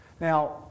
Now